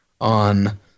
on